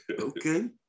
Okay